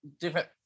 different